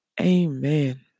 Amen